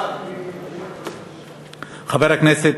חבר הכנסת